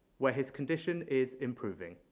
where his condition is improving.